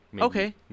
Okay